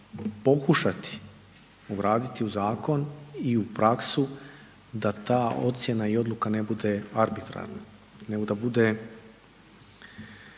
pokušati ugraditi u zakon i u praksu da ta ocjena i odluka ne bude arbitrarna nego da